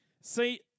See